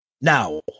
now